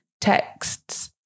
texts